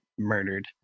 murdered